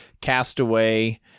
Castaway